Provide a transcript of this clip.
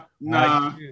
nah